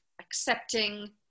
accepting